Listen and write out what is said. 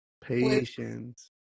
Patience